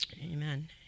Amen